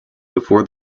before